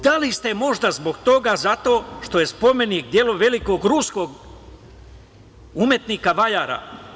Da li ste možda zbog toga zato što je spomenik delo velikog ruskog umetnika, vajara?